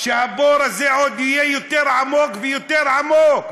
שהבור הזה עוד יהיה יותר עמוק ויותר עמוק,